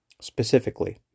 specifically